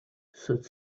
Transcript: said